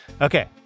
Okay